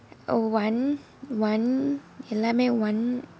uh one one எல்லாமே:ellamae one